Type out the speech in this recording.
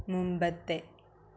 മുമ്പത്തെ